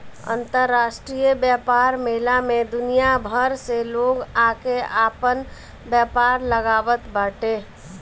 अंतरराष्ट्रीय व्यापार मेला में दुनिया भर से लोग आके आपन व्यापार लगावत बाटे